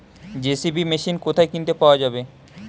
JCB machine কোথায় কিনতে পাওয়া যাবে?